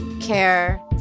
care